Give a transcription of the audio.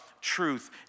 truth